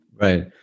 Right